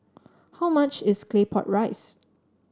how much is Claypot Rice